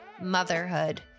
motherhood